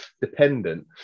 dependent